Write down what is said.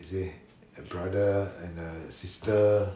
you see a brother and a sister